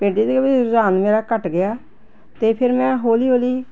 painting ਦੇ ਵਿੱਚ ਰੁਝਾਨ ਮੇਰਾ ਘੱਟ ਗਿਆ ਅਤੇ ਫਿਰ ਮੈਂ ਹੌਲੀ ਹੌਲੀ